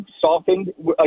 softened